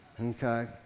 Okay